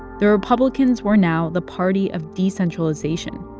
the republicans were now the party of decentralization,